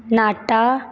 ਨਾਟਾ